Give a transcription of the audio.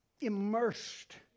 immersed